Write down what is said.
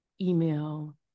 email